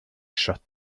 shut